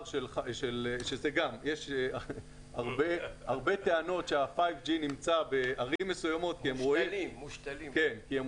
יש הרבה טענות שה-5G נמצא בערים מסוימות כי הם